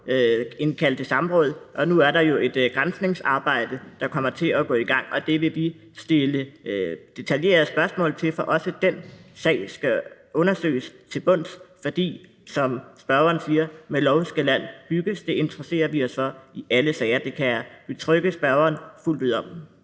indkalde til samråd. Og nu er der jo et granskningsarbejde, der kommer til at gå i gang, og det vil vi stille detaljerede spørgsmål til, for også den sag skal undersøges til bunds. For som spørgeren siger: Med lov skal land bygges. Det interesserer vi os for i alle sager – det kan jeg betrygge spørgeren fuldt ud om.